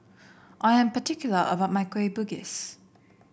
I am particular about my Kueh Bugis